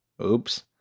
Oops